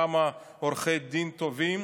כמה עורכי דין טובים,